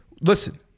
Listen